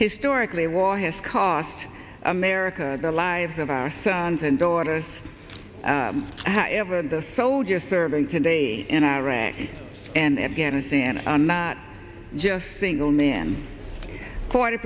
historically war has cost america the lives of our sons and daughters ever and the soldiers serving today in iraq and afghanistan are not just single men forty